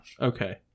Okay